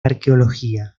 arqueología